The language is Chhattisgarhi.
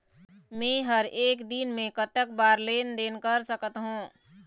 मे हर एक दिन मे कतक बार लेन देन कर सकत हों?